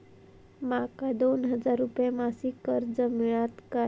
माका दोन हजार रुपये मासिक कर्ज मिळात काय?